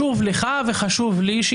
תראו,